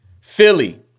Philly